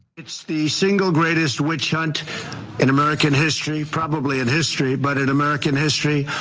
it's the single greatest witch hunt in american history, probably in history, but in american history.